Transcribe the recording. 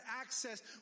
access